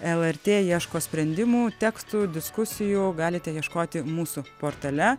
lrt ieško sprendimų tekstų diskusijų galite ieškoti mūsų portale